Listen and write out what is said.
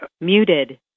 Muted